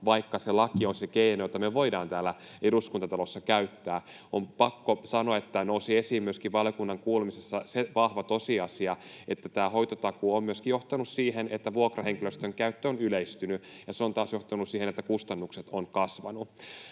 vaikka laki on se keino, jota me voidaan täällä Eduskuntatalossa käyttää? On pakko sanoa, että valiokunnan kuulemisissa nousi esiin myöskin se vahva tosiasia, että hoitotakuu on myöskin johtanut siihen, että vuokrahenkilöstön käyttö on yleistynyt, ja se on taas johtanut siihen, että kustannukset ovat kasvaneet.